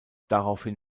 daraufhin